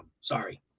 Sorry